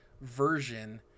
version